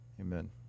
Amen